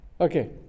Okay